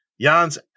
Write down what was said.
Jan's